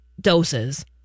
doses